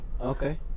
Okay